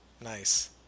Nice